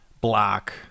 block